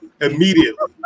immediately